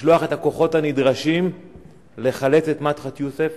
לשלוח את הכוחות הנדרשים לחלץ את מדחת יוסף,